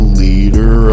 leader